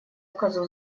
козу